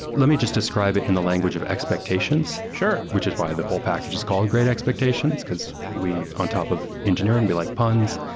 let me just describe it in the language of expectations sure. which is why the whole package is called great expectations, because we, on top of engineering, we like puns.